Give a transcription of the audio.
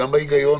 גם בהיגיון,